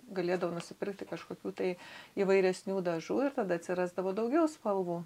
galėdavo nusipirkti kažkokių tai įvairesnių dažų ir tada atsirasdavo daugiau spalvų